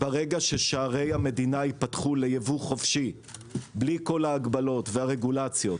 ברגע ששערי המדינה ייפתחו לייבוא חופשי בלי כל ההגבלות והרגולציות,